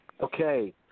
Okay